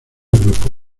grupo